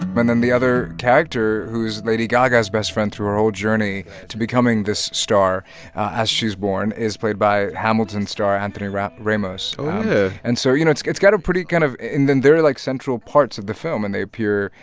and then the other character, who is lady gaga's best friend through her whole journey to becoming this star as she's born, is played by hamilton star anthony ramos ramos oh, yeah and so, you know, it's got a pretty kind of and then they're, like, central parts of the film, and they appear,